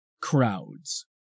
crowds